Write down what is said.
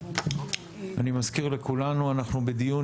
אני מזכיר לכולנו, אנחנו בדיון